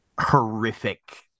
horrific